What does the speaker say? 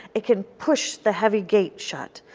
it can push the heavy gate shut.